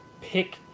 pick